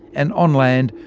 and on land,